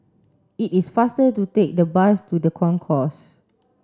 it is faster to take the bus to the Concourse